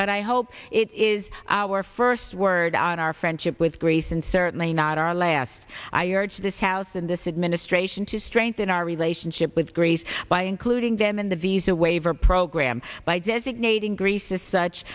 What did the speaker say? but i hope it is our first word on our friendship with grace and certainly not our last i urge this house in this administration to strengthen our relationship with greece by including them in the visa waiver program by designating greece as